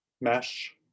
mesh